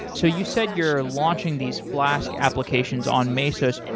so you said you're launching these flask applications on mesos.